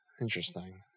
Interesting